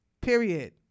period